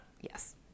Yes